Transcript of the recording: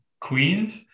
Queens